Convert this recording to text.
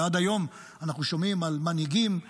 ועד היום אנחנו שומעים על מנהיגים מדיניים,